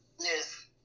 Yes